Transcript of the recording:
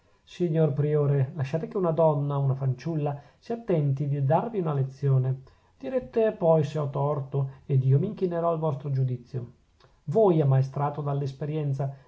signor priore lasciate che una donna una fanciulla si attenti di darvi una lezione direte poi se ho torto ed io m'inchinerò al vostro giudizio voi ammaestrato dall'esperienza